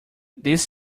this